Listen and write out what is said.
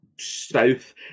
south